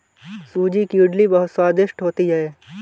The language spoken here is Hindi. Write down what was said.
सूजी की इडली बहुत स्वादिष्ट होती है